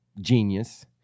genius